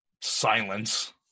silence